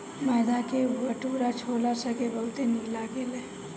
मैदा के भटूरा छोला संगे बहुते निक लगेला